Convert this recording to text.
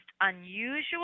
unusual